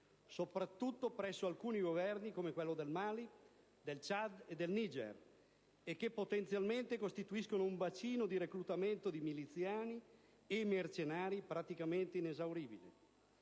soprattutto presso alcuni Governi come quelli del Mali, del Ciad e del Niger, Paesi che potenzialmente costituiscono un bacino di reclutamento di miliziani e mercenari praticamente inesauribile.